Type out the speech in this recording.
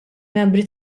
membri